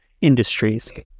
industries